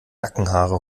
nackenhaare